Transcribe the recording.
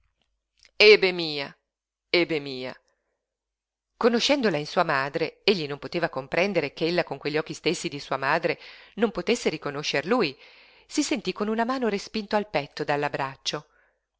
ebe mia conoscendola in sua madre egli non poteva comprendere ch'ella con quegli occhi stessi di sua madre non potesse riconoscer lui si sentí con una mano respinto al petto